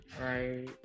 Right